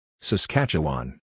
Saskatchewan